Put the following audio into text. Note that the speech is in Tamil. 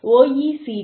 OECD